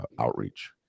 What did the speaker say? outreach